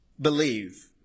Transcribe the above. believe